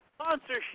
sponsorship